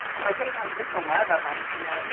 we're big on just the love of them, you know,